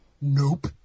Nope